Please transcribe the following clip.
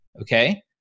okay